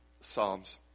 Psalms